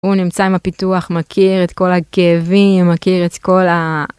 הוא נמצא עם הפיתוח, מכיר את כל הכאבים, מכיר את כל ה...